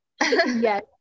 yes